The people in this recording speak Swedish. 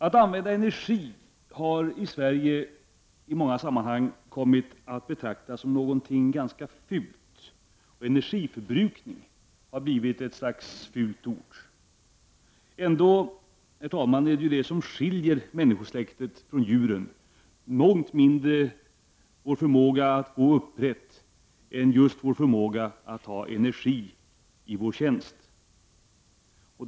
Att använda energi har i Sverige i många sammanhang kommit att betraktas som något ganska fult, och energiförbrukning har blivit ett slags fult ord. Ändå är det som skiljer människosläktet från djuren mångt mindre vår förmåga att gå upprätt än just vår förmåga att ta energin i vår tjänst.